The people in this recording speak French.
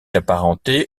apparentée